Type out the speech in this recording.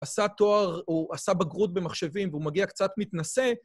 עשה תואר, הוא עשה בגרות במחשבים והוא מגיע קצת מתנשא.